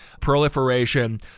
proliferation